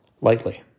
lightly